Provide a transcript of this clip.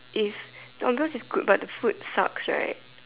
if the ambience is good but the food sucks right